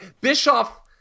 Bischoff